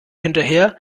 hinterher